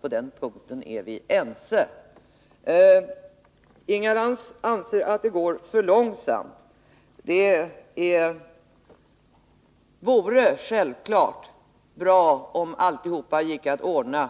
På den punkten är vi ense. Inga Lantz anser att det går för långsamt. Det vore självfallet bra om allt gick att ordna